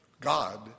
God